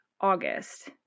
August